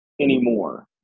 anymore